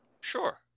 Sure